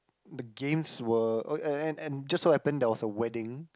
the games were oh and and and just so happen there was a wedding